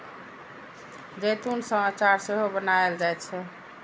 जैतून सं अचार सेहो बनाएल जाइ छै